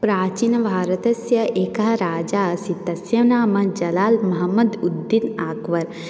प्राचीनभारतस्य एकः राजा आसीत् तस्य नाम जलाल् मोहम्मद् उद्दीन् अकबर्